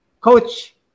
Coach